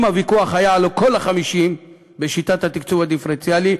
אם הוויכוח היה על כל ה-50 בשיטת התקצוב הדיפרנציאלי,